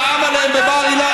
נאם עליהן בבר-אילן,